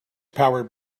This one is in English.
powered